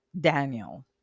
daniel